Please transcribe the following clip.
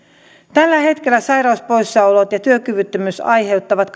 tällä hetkellä sairauspoissaolot ja työkyvyttömyys aiheuttavat